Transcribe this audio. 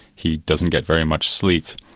he doesn't get very much sleep,